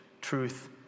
truth